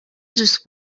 just